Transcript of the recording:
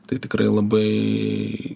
tai tikrai labai